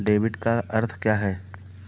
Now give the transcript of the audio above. Debit का अर्थ क्या है?